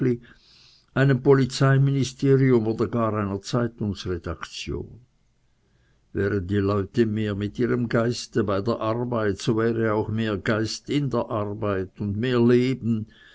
einem polizeiministerium oder gar einer zeitungsredaktion wären die leute mehr mit ihrem geiste bei der arbeit so wäre auch mehr geist in der arbeit und mehr leben